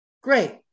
Great